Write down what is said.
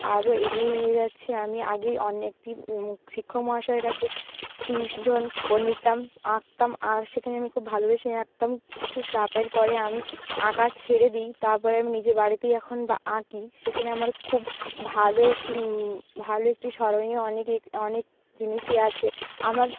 আরও এগিয়ে নিয়ে যাচ্ছি আমি আগেই অন্য একটি শিক্ষক মহাশয়ের কাছে টিউশন নিতাম আঁকতাম আর সেখানে আমি খুব ভালোবেসেই আঁকতাম কিছু চাপের পরে আমি আঁকা ছেড়ে দিই তারপরে আমি নিজে বাড়িতেই এখন আঁকি সেখানে আমার খুব ভালো একটি ভালো একটি স্মরণীয় অনেকেই অনেক জিনিসই আছে আমার